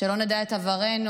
שלא נדע את עברנו,